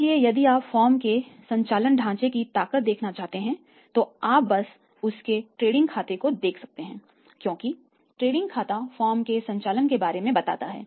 इसलिए यदि आप फर्म के संचालन ढांचे की ताकत देखना चाहते हैं तो आप बस उसके ट्रेडिंग खाते को देखते हैं क्योंकि ट्रेडिंग खाता फर्म के संचालन के बारे में बताता है